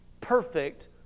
perfect